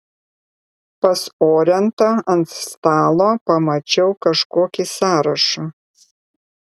pas orentą ant stalo pamačiau kažkokį sąrašą